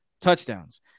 touchdowns